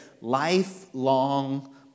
lifelong